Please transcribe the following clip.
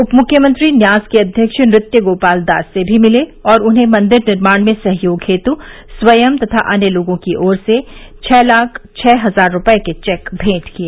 उप मुख्यमंत्री न्यास के अध्यक्ष नृत्य गोपाल दास से भी मिले और उन्हें मंदिर निर्माण में सहयोग हेतु स्वयं तथा अन्य लोगों की ओर से छः लाख छः हजार रूपए के चेक भेंट किए